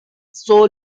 sol